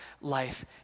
life